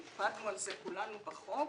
והקפדנו על זה כולנו בחוק,